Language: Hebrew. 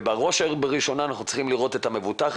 ובראש ובראשונה אנחנו צריכים לראות את המבוטח,